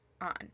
on